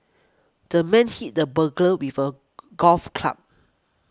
the man hit the burglar with a golf club